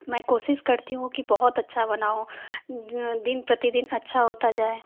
में कोशिश करती हूँ कि बहुत अच्छा बनाऊँ दिन प्रतिदिन अच्छा होता जाए